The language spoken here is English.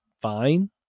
fine